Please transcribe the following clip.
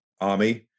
army